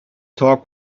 talked